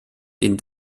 den